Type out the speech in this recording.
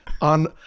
on